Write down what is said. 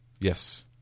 Yes